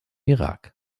irak